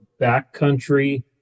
backcountry